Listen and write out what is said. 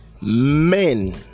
men